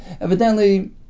Evidently